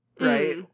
right